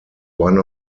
one